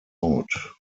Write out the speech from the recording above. out